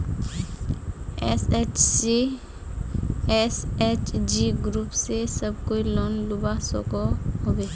SHG group से सब कोई लोन लुबा सकोहो होबे?